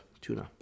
tuna